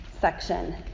section